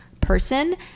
person